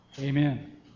Amen